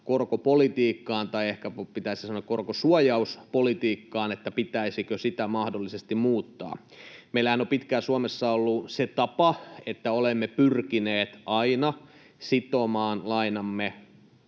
korkopolitiikkaan, tai ehkä pitäisi sanoa korkosuojauspolitiikkaan, että pitäisikö sitä mahdollisesti muuttaa. Meillähän on pitkään Suomessa ollut se tapa, että olemme pyrkineet aina sitomaan lainamme